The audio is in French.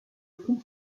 front